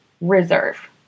reserve